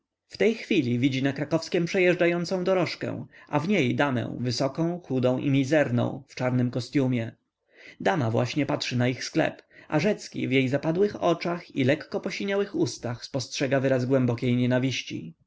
w tej chwili widzi na krakowskiem przejeżdżającą dorożkę a w niej damę wysoką chudą i mizerną w czarnym kostiumie dama właśnie patrzy na ich sklep a rzecki w jej zapadłych oczach i lekko posiniałych ustach spostrzega wyraz głębokiej nienawiści